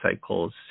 cycles